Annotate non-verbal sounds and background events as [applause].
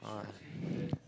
uh [breath]